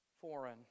foreign